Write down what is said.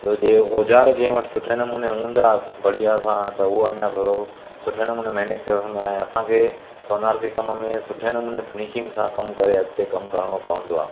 सो जे औजार जंहिं वटि सुठे नमूने हूंदासीं बढ़िया सां त उहो अञा थोरो सुठे नमूने मैनेज करे रखंदो आहियां असांखे सोनार के कम में सुठे नमूने फिनिशिंग सां कमु करे अॻिते कमु करणो पवंदो आहे